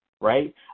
right